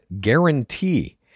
guarantee